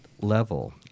level